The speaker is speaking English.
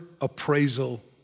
appraisal